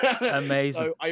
Amazing